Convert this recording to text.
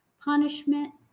Punishment